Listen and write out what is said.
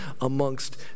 amongst